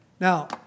Now